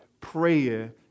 prayer